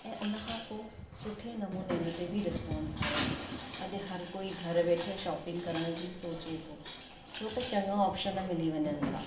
ऐं उनखां पोइ सुठे नमूने इनते बि रिस्पॉन्स आयो अॼु हर कोई घर वेठे शॉपींग करण जी सोचे थो छो त चङा ऑप्शन मिली वञनि था